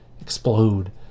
explode